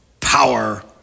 power